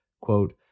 Quote